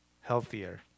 healthier